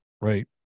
right